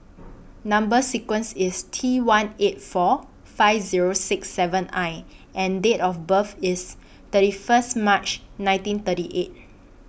Number sequence IS T one eight four five Zero six seven I and Date of birth IS thirty First March nineteen thirty eight